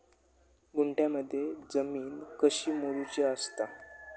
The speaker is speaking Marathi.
गुंठयामध्ये जमीन कशी मोजूची असता?